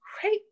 great